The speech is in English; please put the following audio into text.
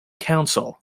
council